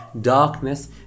darkness